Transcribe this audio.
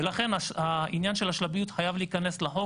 ולכן העניין של השלביות חייב להיכנס לחוק,